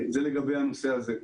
זה לגבי הנושא הזה.